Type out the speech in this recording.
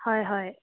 হয় হয়